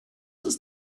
ist